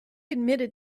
admitted